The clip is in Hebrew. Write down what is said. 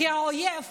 כי האויב